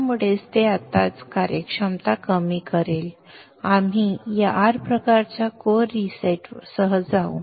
त्यामुळे ते आत्ताच कार्यक्षमता कमी करेल आपण या R प्रकारच्या कोर रीसेटसह जाऊ